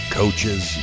coaches